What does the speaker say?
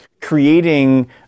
creating